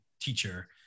teacher